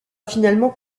finalement